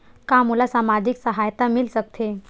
का मोला सामाजिक सहायता मिल सकथे?